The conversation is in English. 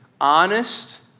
honest